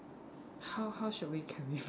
how how should we carry from